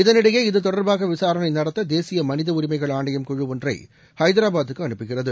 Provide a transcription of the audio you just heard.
இதனிடையே இது தொடர்பாக விசாரணை நடத்த தேசிய மனித உரிமைகள் ஆணையம் குழு ஒன்றை ஹைதராபாத்துக்கு அனுப்புகிறது